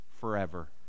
forever